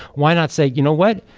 why not say, you know what?